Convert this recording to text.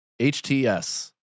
HTS